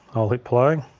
i'll hit play.